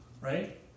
right